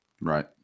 Right